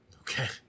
Okay